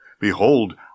behold